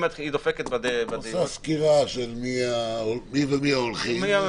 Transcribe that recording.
היא דופקת בדירות --- היא עושה סקירה של מי ומי ההולכים.